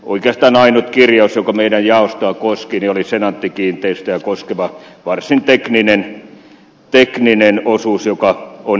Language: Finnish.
oikeastaan ainut kirjaus joka meidän jaostoamme koski oli senaatti kiinteistöjä koskeva varsin tekninen osuus joka on mietintöön kirjattu